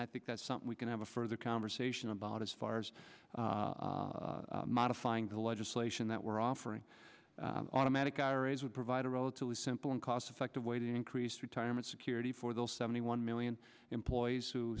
i think that's something we can have a further conversation about as far as modifying the legislation that we're offering automatic iras would provide a relatively simple and cost effective way to increase retirement security for those seventy one million employees who